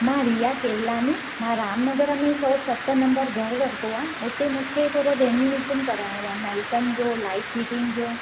मां रिया केवलानी मां रामनगर में सौ सत नंबर घर वरितो आहे उते मूंखे थोड़ो रीन्युवेशन कराइणो आहे नलकनि जो लाइट फिटिंग जो